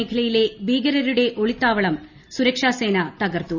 മേഖലയിലെ ഭീകരരുടെ ഒളിത്താവളം സുരക്ഷാ സേന തകർത്തു